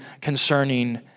concerning